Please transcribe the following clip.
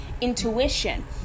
intuition